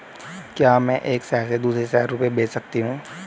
क्या मैं एक शहर से दूसरे शहर रुपये भेज सकती हूँ?